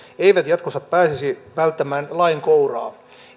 eivät jatkossa pääsisi välttämään lain kouraa